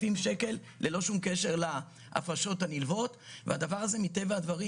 שקלים ללא שום קשר להפרשות הנלוות ו הדבר הזה מטבע הדברים